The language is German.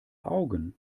augen